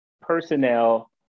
personnel